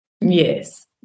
Yes